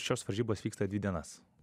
šios varžybos vyksta dvi dienas